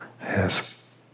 Yes